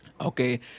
Okay